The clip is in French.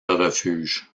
refuge